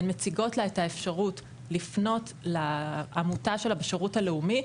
הן מציגות לה את האפשרות לפנות לעמותה שלה בשירות הלאומי,